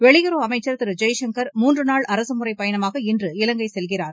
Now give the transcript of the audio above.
வெளியுறவு அமைச்சர் திரு ஜெய்சங்கர் மூன்று நாள் அரசுமுறைப் பயணமாக இன்று இலங்கை செல்கிறார்